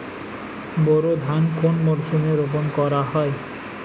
বোরো ধান কোন মরশুমে রোপণ করা হয়?